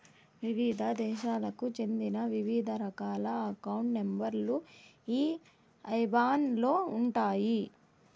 వివిధ దేశాలకు చెందిన వివిధ రకాల అకౌంట్ నెంబర్ లు ఈ ఐబాన్ లో ఉంటాయి